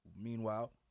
Meanwhile